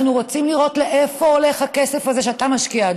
אנחנו רוצים לראות לאיפה הולך הכסף הזה שאתה משקיע,